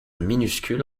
minuscule